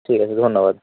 ঠিক আছে ধন্যবাদ